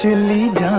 lead